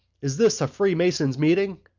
is this a freemasons' meeting?